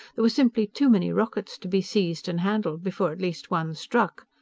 there were simply too many rockets to be seized and handled before at least one struck.